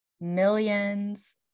millions